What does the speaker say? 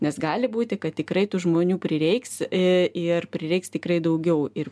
nes gali būti kad tikrai tų žmonių prireiks e ir prireiks tikrai daugiau ir